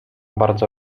bardzo